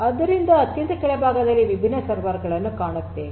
ಆದ್ದರಿಂದ ಅತ್ಯಂತ ಕೆಳಭಾಗದಲ್ಲಿ ವಿಭಿನ್ನ ಸರ್ವರ್ ಗಳನ್ನು ಕಾಣುತ್ತೇವೆ